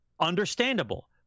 Understandable